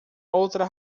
outra